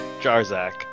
Jarzak